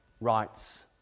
rights